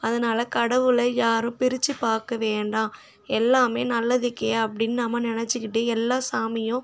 அதனால கடவுளை யாரும் பிரித்து பார்க்க வேண்டாம் எல்லாம் நல்லதுக்கே அப்படினு நாம் நினைச்சிக்கிட்டு எல்லா சாமியும்